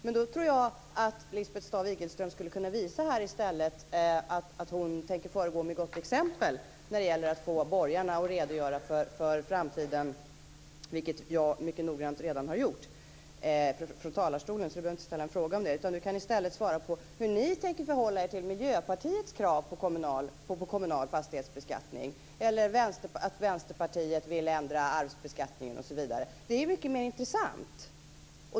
Jag tycker att Lisbeth Staaf-Igelström i stället borde föregå med gott exempel när det gäller att få borgarna att redogöra för framtiden, vilket jag mycket noggrant redan har gjort från talarstolen. Hur tänker ni förhålla er till Miljöpartiets krav på kommunal fastighetsbeskattning eller till Vänsterpartiets förslag att förändra arvsbeskattningen? Det är mycket mer intressant.